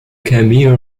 cameo